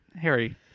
Harry